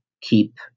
keep